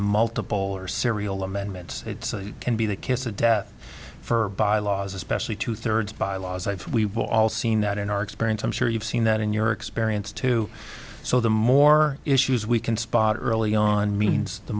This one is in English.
multiple or serial amendments can be the kiss of death for bylaws especially two thirds by laws life we will all seen that in our experience i'm sure you've seen that in your experience too so the more issues we can spot early on means the